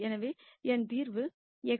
எனவே என் தீர்வு x1 x2 x3 0